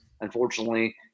unfortunately